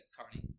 Carney